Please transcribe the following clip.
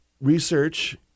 research